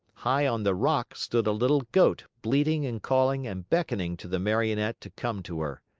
high on the rock stood a little goat bleating and calling and beckoning to the marionette to come to her.